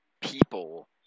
people